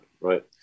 right